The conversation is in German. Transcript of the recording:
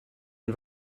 den